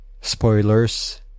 spoilers